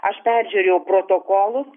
aš peržiūrėjau protokolus